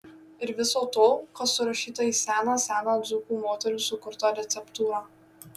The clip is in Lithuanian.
ir viso to kas surašyta į seną seną dzūkų moterų sukurtą receptūrą